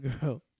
girl